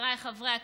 חבריי חברי הכנסת,